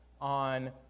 on